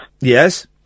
yes